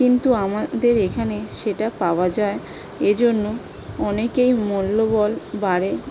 কিন্তু আমাদের এখানে সেটা পাওয়া যায় এজন্য অনেকের মনোবল বাড়ে